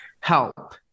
help